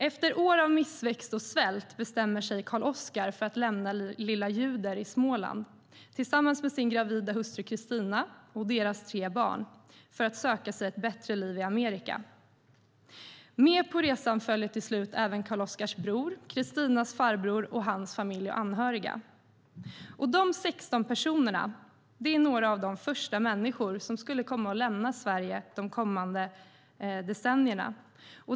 Efter år av missväxt och svält bestämmer sig Karl-Oskar för att lämna lilla Ljuder i Småland tillsammans med sin gravida hustru Kristina och deras tre barn för att söka sig ett bättre liv i Amerika. Med på resan följer till slut även Karl-Oskars bror, Kristinas farbror och hans familj och anhöriga. Dessa 16 personer är några av de första av de människor som skulle komma att lämna Sverige de kommande decennierna.